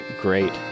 Great